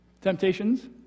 Temptations